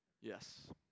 Yes